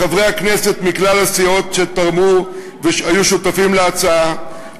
לחברי הכנסת מכלל הסיעות שתרמו והיו שותפים להצעה,